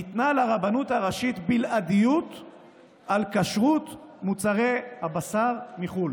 ניתנה לרבנות הראשית בלעדיות על כשרות מוצרי הבשר מחו"ל,